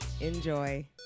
Enjoy